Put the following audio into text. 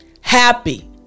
happy